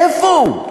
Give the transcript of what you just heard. איפה הוא?